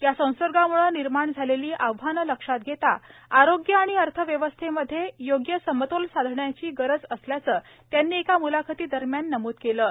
या संसर्गामुळे निर्माण झालेली आव्हानं लक्षात घेता आरोग्य आणि अर्थव्यवस्थेमधे योग्य समतोल साधण्याची गरज असल्याचं त्यांनी एका मुलाखती दरम्यान नमूद केलं आहे